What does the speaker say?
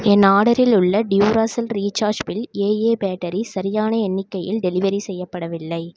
என் ஆர்டரில் உள்ள Duracell rechargeable AA batteries சரியான எண்ணிக்கையில் டெலிவரி செய்யப்படவில்லை